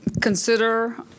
consider